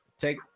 take